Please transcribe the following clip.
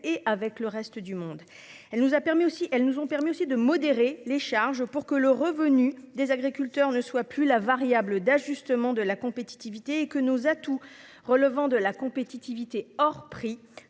a permis aussi elles nous ont permis aussi de modérer les charges pour que le revenu des agriculteurs ne soient plus la variable d'ajustement de la compétitivité et que nos atouts relevant de la compétitivité hors prix